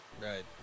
Right